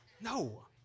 No